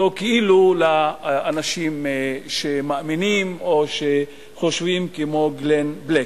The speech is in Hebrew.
כאילו על האנשים שמאמינים או שחושבים כמו גלן בק.